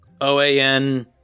OAN